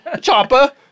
chopper